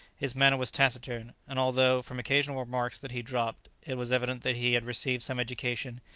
his manner was taciturn, and although, from occasional remarks that he dropped, it was evident that he had received some education,